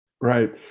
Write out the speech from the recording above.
Right